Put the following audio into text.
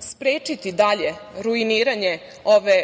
sprečiti dalje ruiniranje